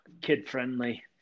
kid-friendly